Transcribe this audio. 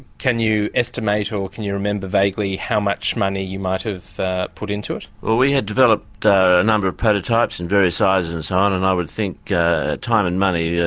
can you estimate, or can you remember vaguely how much money you might have put into it? well we had developed a number of prototypes in various sizes and i would think time and money,